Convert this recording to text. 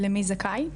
למי זכאי?